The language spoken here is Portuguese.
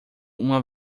uma